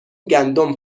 گندم